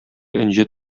энҗе